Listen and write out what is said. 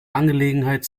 angelegenheit